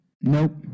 nope